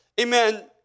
Amen